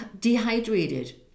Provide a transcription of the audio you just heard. dehydrated